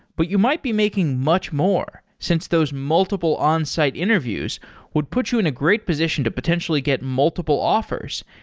but you might be making much more since those multiple onsite interviews would put you in a great position to potentially get multiple offers,